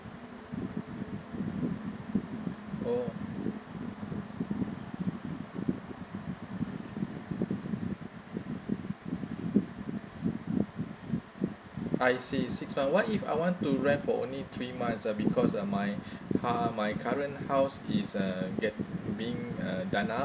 oh I see six months what if I want to rent for only three months uh because uh my uh my current house is uh get being uh done lah